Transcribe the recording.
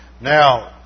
Now